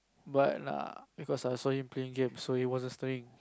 but ah because I saw him playing games so he wasn't studying